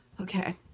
Okay